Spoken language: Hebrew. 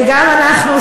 וגם אנחנו,